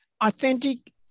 authentic